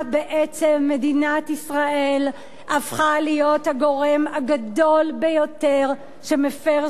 מדינת ישראל הפכה להיות הגורם הגדול ביותר שמפר זכויות עובדים.